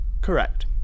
Correct